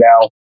now